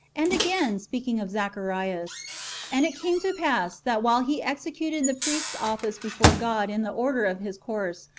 and again, speaking of zacharias and it came to pass, that while he executed the priest's office before god in the order of his course,